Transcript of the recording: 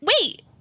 Wait